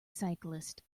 cyclist